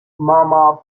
mama